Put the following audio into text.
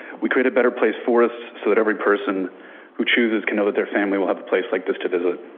we create a better place for us, so that every person who chooses to know that their family will have a place like this to visit.